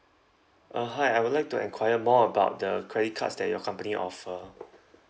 uh hi I would like to enquire more about the credit cards that your company offer